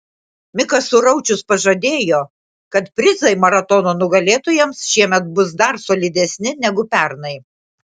mikas suraučius pažadėjo kad prizai maratono nugalėtojams šiemet bus dar solidesni negu pernai